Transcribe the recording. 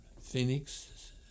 Phoenix